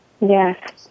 Yes